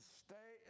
stay